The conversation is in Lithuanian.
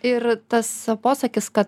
ir tas posakis kad